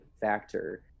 factor